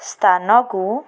ସ୍ଥାନକୁ